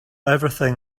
everything